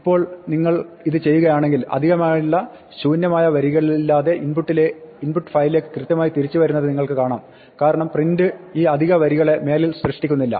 ഇപ്പോൾ നിങ്ങൾ ഇത് ചെയ്യുകയാണെങ്കിൽ അധികമായുള്ള ശൂന്യമായ വരികളില്ലാതെ ഇൻപുട്ട് ഫയലിലേക്ക് കൃത്യമായി തിരിച്ചു വരുന്നത് നിങ്ങൾക്ക് കാണാം കാരണം പ്രിന്റ് ഈ അധിക വരികളെ മേലിൽ സൃഷ്ടിക്കുന്നില്ല